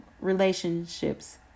relationships